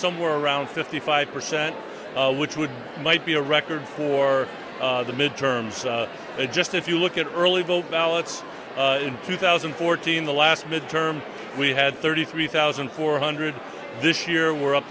somewhere around fifty five percent which would might be a record for the midterms it just if you look at early vote ballots in two thousand and fourteen the last midterm we had thirty three thousand four hundred this year we're up